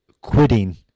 quitting